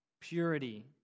purity